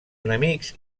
enemics